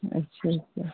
अच्छा अच्छा